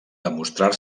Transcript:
demostrar